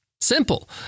simple